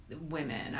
women